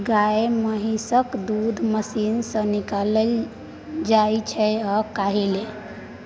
गाए महिषक दूध मशीन सँ निकालल जाइ छै आइ काल्हि